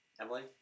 Emily